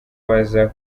baja